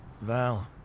Val